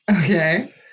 Okay